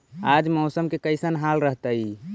आज मौसम के कैसन हाल रहतइ?